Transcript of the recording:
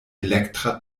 elektra